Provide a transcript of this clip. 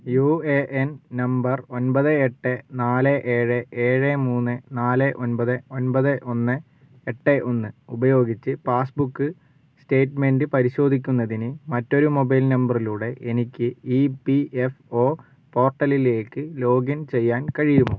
U A N number ഒൻപത് എട്ട് നാല് ഏഴ് ഏഴ് മൂന്ന് നാല് ഒൻപത് ഒൻപത് ഒന്ന് എട്ട് ഒന്ന് ഉപയോഗിച്ച് പാസ്ബുക്ക് സ്റ്റേറ്റ്മെൻ്റ് പരിശോധിക്കുന്നതിന് മറ്റൊരു മൊബൈൽ നമ്പറിലൂടെ എനിക്ക് ഇ പി എഫ് ഒ പോർട്ടലിലേക്ക് ലോഗിൻ ചെയ്യാൻ കഴിയുമോ